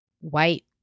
White